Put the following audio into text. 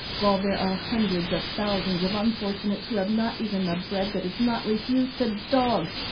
while there are hundreds of thousands of unfortunates who have not even the bread that is not refused to dogs,